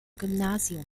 gymnasium